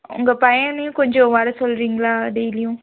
உங்கள் பையனையும் கொஞ்சம் வர சொல்கிறீங்களா டெய்லியும்